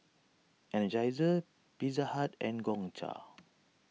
Energizer Pizza Hut and Gongcha